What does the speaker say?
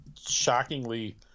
shockingly